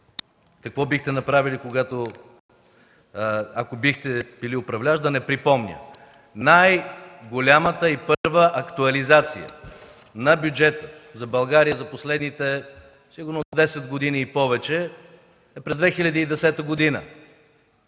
какво бихте направили, ако бихте били управляващи, да не припомня – най-голямата и първа актуализация на бюджета на България за последните сигурно десет години и повече е през 2010 г.,